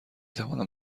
توانم